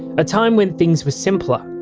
a time when things were simpler.